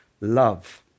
love